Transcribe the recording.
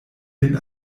lin